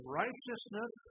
righteousness